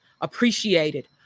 appreciated